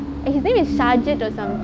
and his name is sharget or something